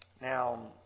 Now